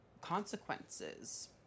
consequences